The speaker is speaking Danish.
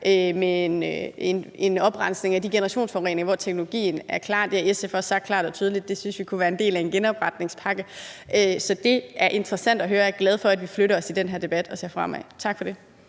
i en oprensning af de generationsforureninger, hvor teknologien er klar. Det har SF også sagt klart og tydeligt at vi synes kunne være en del af en genopretningspakke. Så det er interessant at høre, og jeg er glad for, at vi flytter os i den her debat og ser fremad. Tak for det.